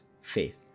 faith